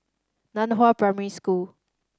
Nan Hua Primary School